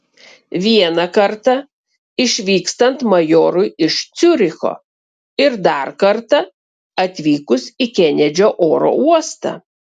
vieną kartą išvykstant majorui iš ciuricho ir dar kartą atvykus į kenedžio oro uostą